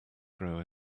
grow